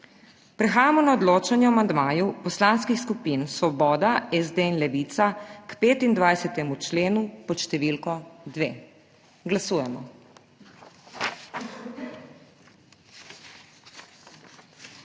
Prehajamo na odločanje o amandmaju poslanskih skupin Svoboda, SD in Levica k 5. členu pod številko 2. Glasujemo.